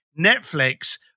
Netflix